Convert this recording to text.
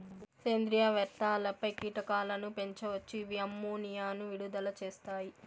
సేంద్రీయ వ్యర్థాలపై కీటకాలను పెంచవచ్చు, ఇవి అమ్మోనియాను విడుదల చేస్తాయి